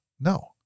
No